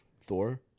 Thor